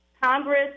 Congress